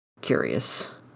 curious